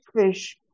fish